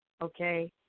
okay